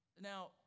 Now